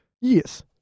Yes